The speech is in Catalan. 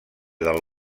del